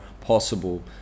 possible